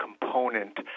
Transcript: component